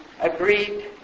agreed